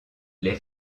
les